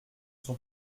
sont